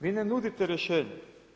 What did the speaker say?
Vi ne nudite rješenje.